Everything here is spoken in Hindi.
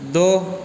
दो